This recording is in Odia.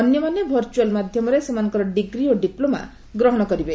ଅନ୍ୟମାନେ ଭର୍ଚ୍ଚୁଆଲ୍ ମାଧ୍ୟମରେ ସେମାନଙ୍କର ଡିଗ୍ରୀ ଓ ଡିପ୍ଲୋମା ଗ୍ରହଣ କରିବେ